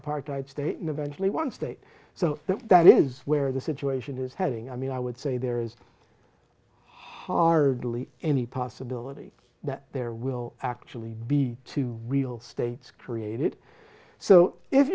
apartheid state and eventually one state so that that is where the situation is heading i mean i would say there is hardly any possibility that there will actually be two real states created so if